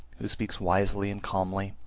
who speaks wisely and calmly,